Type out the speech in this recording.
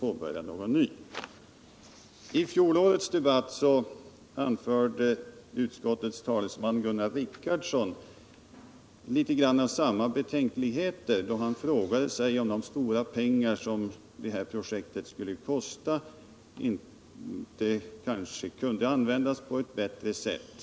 9 mars 1978. : I fjolårets debatt framförde utskottets talesman Gunnar Richardson något av samma betänkligheter som herr Ahlmark har då han frågade sig om de stora pengar som detta projekt skulle kosta inte skulle kunna användas på ett bättre sätt.